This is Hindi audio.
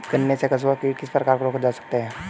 गन्ने में कंसुआ कीटों को किस प्रकार रोक सकते हैं?